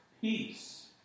peace